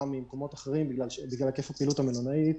ממקומות אחרים בגלל היקף הפעילות המלונאית